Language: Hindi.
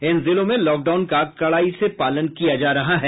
इन जिलों में लॉकडाउन का कड़ाई से पालन किया जा रहा है